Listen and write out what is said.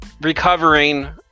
recovering